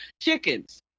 Chickens